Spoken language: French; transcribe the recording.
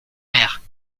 mère